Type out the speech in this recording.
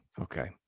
Okay